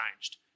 changed